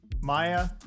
Maya